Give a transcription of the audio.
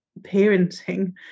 parenting